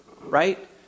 right